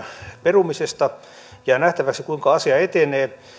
perumisesta jää nähtäväksi kuinka asia etenee